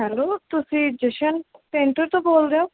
hello ਤੁਸੀਂ Jashan painter ਤੋਂ ਬੋਲਦੇ ਹੋ